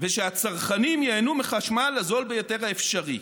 ושהצרכנים ייהנו מהחשמל הזול ביותר האפשרי.